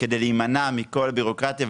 כדי להימנע מכל הבירוקרטיה,